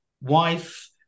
wife